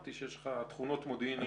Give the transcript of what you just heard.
קופי.